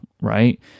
right